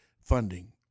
funding